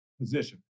position